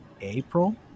April